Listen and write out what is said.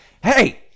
hey